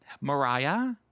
Mariah